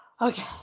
Okay